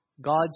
God's